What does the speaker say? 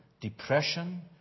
depression